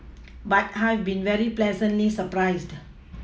but I've been very pleasantly surprised